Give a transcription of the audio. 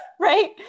right